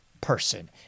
person